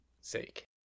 sake